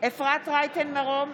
אפרת רייטן מרום,